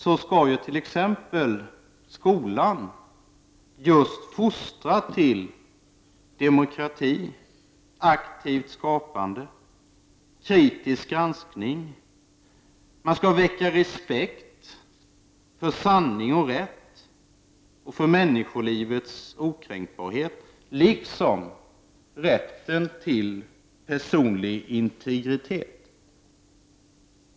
Skolan skall t.ex. fostra till just demokrati, aktivt skapande och kritisk granskning. Man skall väcka respekt för sanning och rätt och för människolivets okränkbarhet liksom rätten till personlig integritet.